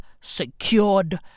secured